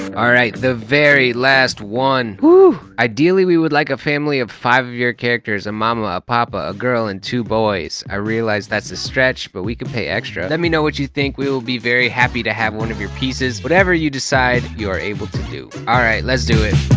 alright, the very last one. whoo! ideally, we would like a family of five of your characters a mama, a papa, a a girl and two boys. i realized that's a stretch but we could pay extra. let me know what you think. we will be very happy to have one of your pieces, whatever you decide you are able to do. all right, let's do it.